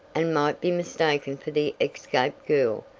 and might be mistaken for the escaped girl,